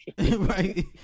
Right